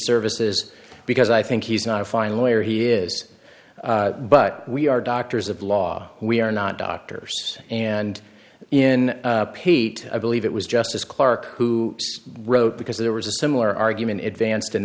services because i think he's not a fine lawyer he is but we are doctors of law we are not doctors and in pate i believe it was justice clarke who wrote because there was a similar argument advanced in